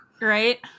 Right